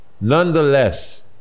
Nonetheless